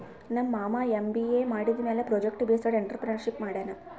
ನಮ್ ಮಾಮಾ ಎಮ್.ಬಿ.ಎ ಮಾಡಿದಮ್ಯಾಲ ಪ್ರೊಜೆಕ್ಟ್ ಬೇಸ್ಡ್ ಎಂಟ್ರರ್ಪ್ರಿನರ್ಶಿಪ್ ಮಾಡ್ಯಾನ್